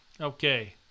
Okay